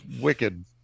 wicked